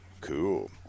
cool